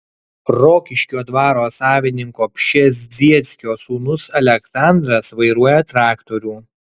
rokiškio dvaro savininko pšezdzieckio sūnus aleksandras vairuoja traktorių